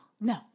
No